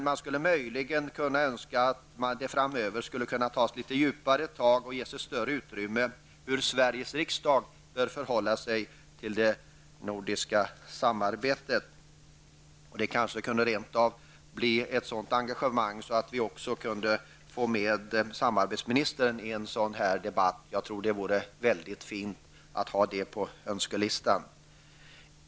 Man skulle möjligen kunna önska att det framöver skulle kunna tas litet djupare tag och ges ett större utrymme när det gäller hur Sveriges riksdag bör förhålla sig till det nordiska samarbetet. Det kunde kanske rent av bli ett sådant engagemang att vi också kunde få med samarbetsministern i en sådan debatt. Det vore mycket bra att ha det på önskelistan.